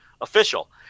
official